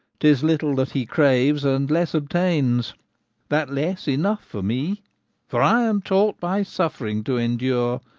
tis little that he craves, and less obtains that less enough for me for i am taught by suffering to endure,